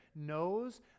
knows